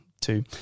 two